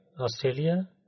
Australia